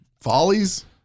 follies